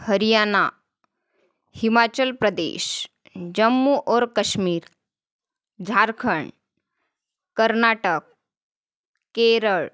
हरियाणा हिमाचल प्रदेश जम्मू ओर कश्मीर झारखंड कर्नाटक केरळ